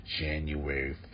January